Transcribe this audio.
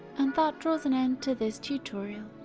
and that draws an end to this tutorial.